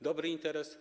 Dobry interes?